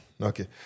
Okay